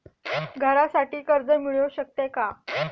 घरासाठी कर्ज मिळू शकते का?